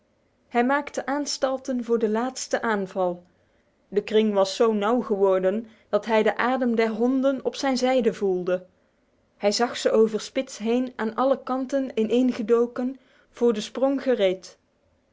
hij maakte aanstalten voor de laatste aanval de kring was zo nauw geworden dat hij de adem der honden op zijn zijde voelde hij zag hen over spitz heen aan alle kanten ineengedoken voor de sprong gereed